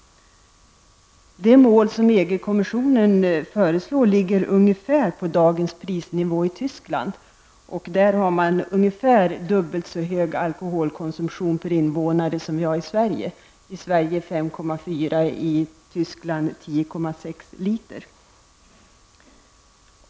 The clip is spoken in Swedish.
Det mål som EG-kommissionen föreslår ligger ungefär på dagens prisnivå i Tyskland. Där har man ungefär dubbelt så hög alkoholkonsumtion per invånare som vi har i Sverige. I Sverige är konsumtionen 5,4 liter och i Tyskland 10,6 liter.